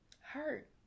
hurt